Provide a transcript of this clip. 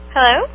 Hello